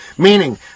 meaning